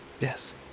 Yes